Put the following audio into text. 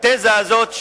התזה הזאת,